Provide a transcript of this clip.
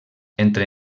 entre